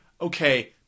okay